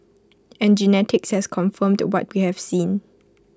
and genetics has confirmed what we have seen